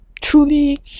truly